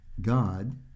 God